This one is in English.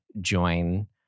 join